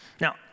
Now